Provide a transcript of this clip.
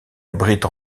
abrite